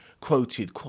quoted